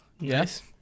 yes